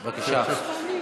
בבקשה.